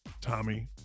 Tommy